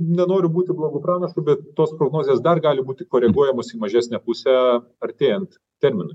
nenoriu būti blogu pranašu bet tos prognozės dar gali būti koreguojamos į mažesnę pusę artėjant terminui